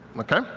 okay?